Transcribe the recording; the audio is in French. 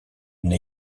une